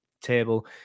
table